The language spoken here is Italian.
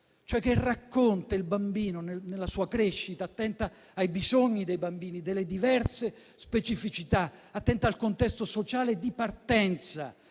cioè che racconta il bambino nella sua crescita, attenta ai bisogni dei bambini e delle diverse specificità; attenta al contesto sociale di partenza,